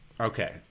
Okay